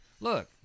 Look